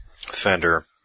Fender